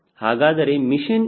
ಹಾಗಾದರೆ ಮಿಷನ್ ಏನು